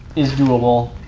is doable.